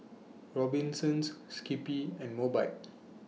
Robinsons Skippy and Mobike